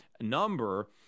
number